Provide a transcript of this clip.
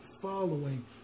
following